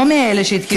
לא מאלה שהתחילו מ-2008.